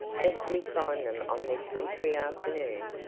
as we find them on this wintry afternoon,